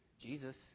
Jesus